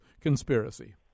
conspiracy